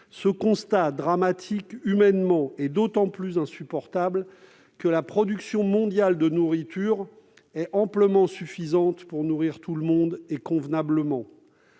Ce constat, dramatique humainement, est d'autant plus insupportable que la production mondiale de nourriture est amplement suffisante pour nourrir tout le monde, et convenablement.